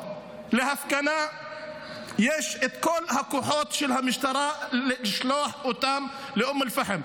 למשטרה יש את כל הכוחות לשלוח אותם להפגנה באום אל פאחם,